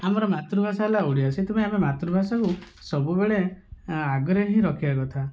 ଆମର ମାତୃଭାଷା ହେଲା ଓଡ଼ିଆ ସେଥିପାଇଁ ଆମେ ମାତୃଭାଷାକୁ ସବୁବେଳେ ଆଗରେ ହିଁ ରଖିବା କଥା